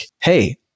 hey